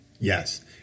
Yes